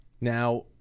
now